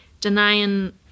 denying